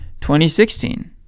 2016